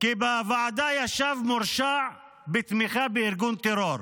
בוועדה ישב מורשע בתמיכה בארגון טרור,